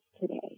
today